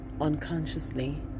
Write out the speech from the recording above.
unconsciously